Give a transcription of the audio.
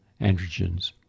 androgens